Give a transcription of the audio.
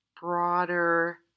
broader